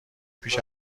پیش